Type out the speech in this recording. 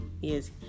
Yes